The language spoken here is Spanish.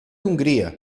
hungría